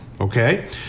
Okay